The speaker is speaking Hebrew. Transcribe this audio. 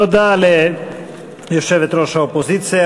תודה ליושבת-ראש האופוזיציה,